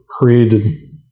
created